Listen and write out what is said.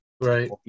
right